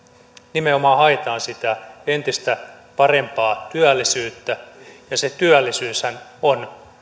nimenomaan haetaan sitä entistä parempaa työllisyyttä ja se työllisyyshän on